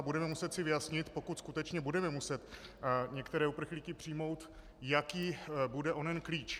Budeme si muset vyjasnit, pokud skutečně budeme muset některé uprchlíky přijmout, jaký bude onen klíč.